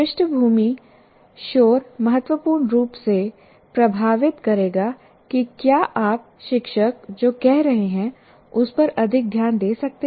पृष्ठभूमि शोर महत्वपूर्ण रूप से प्रभावित करेगा कि क्या आप शिक्षक जो कह रहे हैं उस पर अधिक ध्यान दे सकते हैं